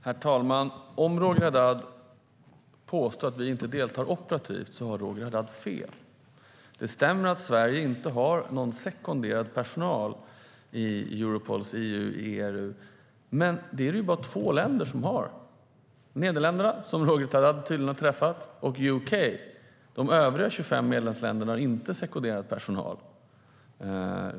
Herr talman! Om Roger Haddad påstår att vi inte deltar operativt har Roger Haddad fel. Det stämmer att Sverige inte har någon sekonderad personal i Europols EU IRU, men det är det bara två länder som har: Nederländerna, som Roger Haddad tydligen har träffat, och UK. De övriga 25 medlemsländerna har inte sekonderad personal.